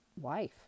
wife